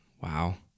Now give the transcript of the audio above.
Wow